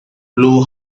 blow